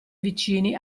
vicini